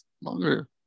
longer